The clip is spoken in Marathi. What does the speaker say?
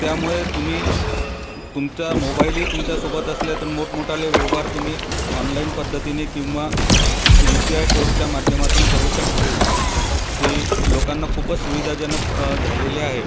त्यामुळे तुम्ही तुमचा मोबाईलही तुमच्या सोबत असला तर मोठमोठाले व्यवहार तुम्ही ऑनलाईन पद्धतीने किंवा यू पी आय कोडच्या माध्यमातून करू शकता ते लोकांना खूपच सुविधाजनक झालेले आहे